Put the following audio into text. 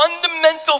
fundamental